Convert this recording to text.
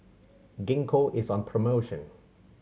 Gingko is on promotion